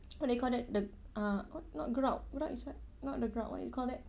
what do you call that the uh what not grout grout is what not the grout what you call that